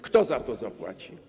Kto za to zapłaci?